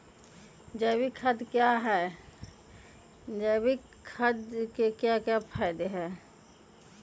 जैविक खाद के क्या क्या फायदे हैं?